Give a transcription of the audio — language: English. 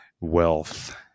wealth